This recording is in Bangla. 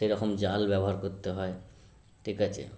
সেরকম জাল ব্যবহার করতে হয় ঠিক আছে